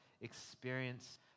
experience